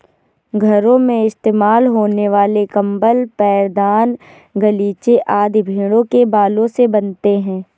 घरों में इस्तेमाल होने वाले कंबल पैरदान गलीचे आदि भेड़ों के बालों से बनते हैं